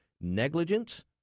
negligence